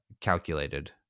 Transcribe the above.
calculated